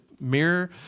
mirror